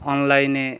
অনলাইনে